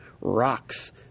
rocks